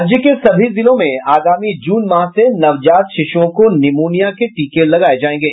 राज्य के सभी जिलों में आगामी जून माह से नवजात शिशुओं को निमोनिया के टीके लगाये जायेंगे